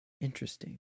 Interesting